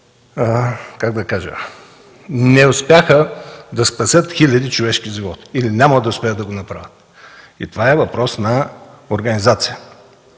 как да кажа, не успяха да спасят хиляди човешки живота или няма да успеят да го направят. Това е въпрос на организация.